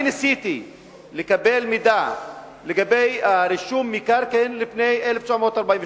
אני ניסיתי לקבל מידע לגבי רישום מקרקעין לפני 1948,